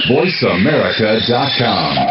VoiceAmerica.com